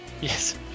Yes